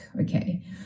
okay